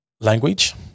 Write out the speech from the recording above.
language